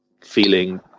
feeling